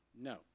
No